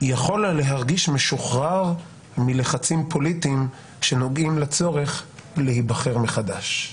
יכול להרגיש משוחרר מלחצים פוליטיים שנוגעים לצורך להיבחר מחדש.".